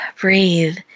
breathe